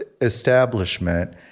establishment